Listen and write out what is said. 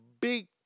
big